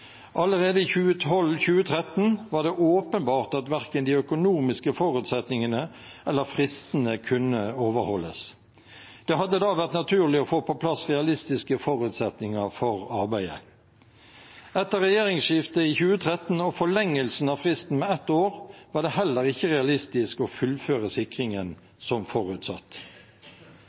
Allerede i 2012/2013 var det åpenbart at verken de økonomiske forutsetningene eller fristene kunne overholdes. Det hadde da vært naturlig å få på plass realistiske forutsetninger for arbeidet. Etter regjeringsskiftet i 2013 og forlengelsen av fristen med ett år var det heller ikke realistisk å fullføre sikringen som forutsatt.